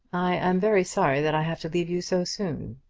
i am very sorry that i have to leave you so soon,